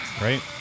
right